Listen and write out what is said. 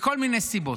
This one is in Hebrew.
מכל מיני סיבות,